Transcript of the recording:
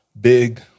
big